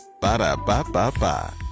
Ba-da-ba-ba-ba